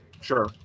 Sure